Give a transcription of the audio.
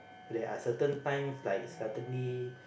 there are certain times like suddenly